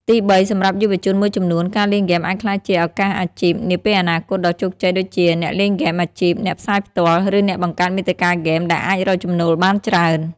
ទីបី សម្រាប់យុវជនមួយចំនួន ការលេងហ្គេមអាចក្លាយជា ឱកាសអាជីពនាពេលអនាគត ដ៏ជោគជ័យ ដូចជាអ្នកលេងហ្គេមអាជីព អ្នកផ្សាយផ្ទាល់ ឬអ្នកបង្កើតមាតិកាហ្គេម ដែលអាចរកចំណូលបានច្រើន។